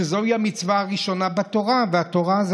שזוהי המצווה הראשונה בתורה והתורה זה